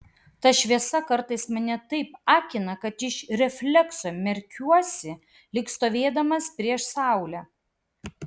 ta šviesa kartais mane taip akina kad iš reflekso merkiuosi lyg stovėdamas prieš saulę